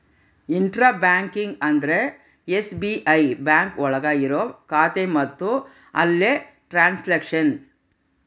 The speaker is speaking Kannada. ಇಂಟ್ರ ಬ್ಯಾಂಕಿಂಗ್ ಅಂದ್ರೆ ಎಸ್.ಬಿ.ಐ ಬ್ಯಾಂಕ್ ಒಳಗ ಇರೋ ಖಾತೆ ಮತ್ತು ಅಲ್ಲೇ ಟ್ರನ್ಸ್ಯಾಕ್ಷನ್